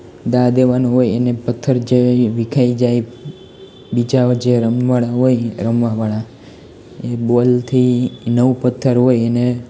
દા દેવાનો હોય એને પથ્થર જે વિખાઈ જાય બીજા જે રમવા વાળા હોય એ બોલથી નવ પથ્થર હોય એને